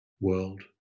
world